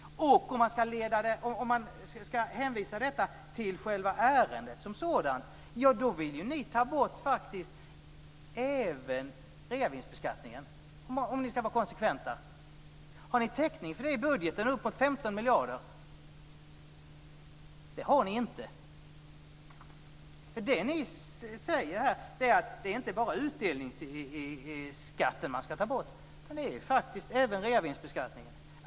Om man ska hänvisa det här till själva ärendet som sådant vill ni faktiskt även ta bort reavinstbeskattningen, om ni ska vara konsekventa. Har ni täckning för det i budgeten - det handlar om uppemot 15 miljarder? Det har ni inte. Ni säger att inte bara utdelningsskatten ska tas bort utan även reavinstbeskattningen.